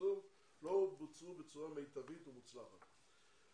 הזום לא בוצעו בצורה מיטבית ומוצלחת.